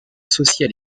associés